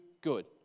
good